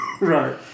Right